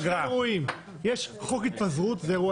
יש שני אירועים: יש חוק התפזרות שזה אירוע